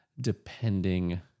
depending